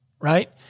right